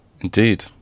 Indeed